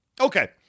Okay